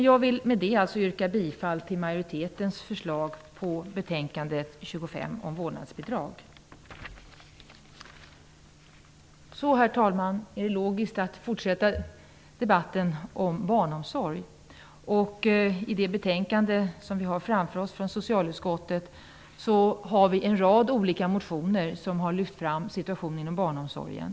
Jag vill med det alltså yrka bifall till majoritetens förslag i betänkande 25 om vårdnadsbidrag. Så, herr talman, är det logiskt att fortsätta debatten om barnomsorg. I det betänkande som vi har framför oss från socialutskottet behandlas en rad motioner som har lyft fram situationen inom barnomsorgen.